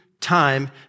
time